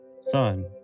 Son